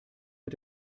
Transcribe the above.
mit